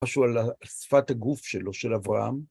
משהו על ה... שפת הגוף שלו, של אברהם.